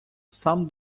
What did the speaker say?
сам